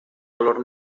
color